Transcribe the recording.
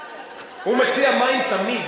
הוא מציע מים תמיד.